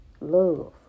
love